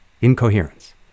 incoherence